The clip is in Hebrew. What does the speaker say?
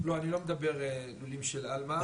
לא, אני לא מדבר על הלולים של עלמה.